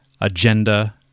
agenda